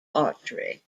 archery